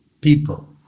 people